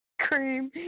Cream